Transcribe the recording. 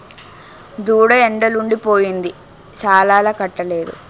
దూడ ఎండలుండి పోయింది సాలాలకట్టలేదు